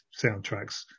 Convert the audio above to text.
soundtracks